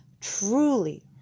truly